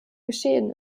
geschehen